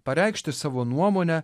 pareikšti savo nuomonę